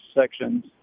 sections